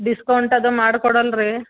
discount ಅದು ಮಾಡ್ಕೊಡಲ್ವ ರೀ